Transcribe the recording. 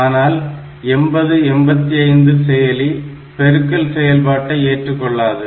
ஆனால் 8085 செயலி பெருக்கல் செயல்பாட்டை ஏற்றுக்கொள்ளாது